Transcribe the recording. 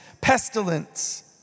pestilence